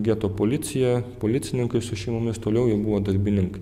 geto policija policininkai su šeimomis toliau jau buvo darbininkai